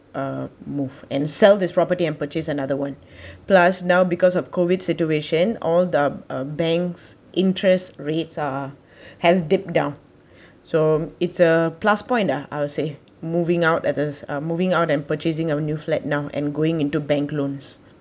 uh move and sell this property and purchase another [one] plus now because of COVID situation all the banks interest rates are has dip down so it's a plus point ah I will say moving out at us a moving out and purchasing our new flat now and going into bank loans